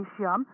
Asia